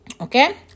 okay